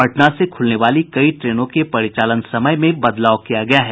पटना से खुलने वाली कई ट्रेनों के परिचालन समय में बदलाव किया गया है